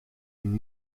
een